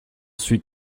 suis